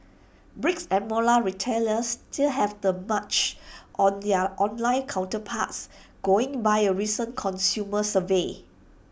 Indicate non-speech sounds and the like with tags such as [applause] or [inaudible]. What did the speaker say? bricks and [unintelligible] retailers still have the March on their online counterparts going by A recent consumer survey